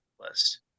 list